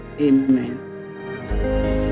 Amen